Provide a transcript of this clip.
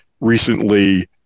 recently